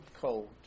cold